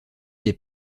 les